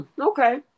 okay